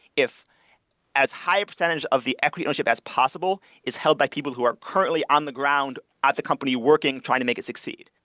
if as high percentage of the equity ownership as possible is held by people who are currently on the ground at the company you're working trying to make it succeed.